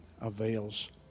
avails